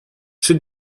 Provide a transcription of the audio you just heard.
czy